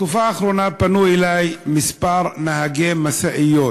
בתקופה האחרונה פנו אלי כמה נהגי משאיות,